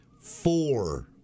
Four